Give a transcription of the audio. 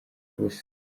ubusa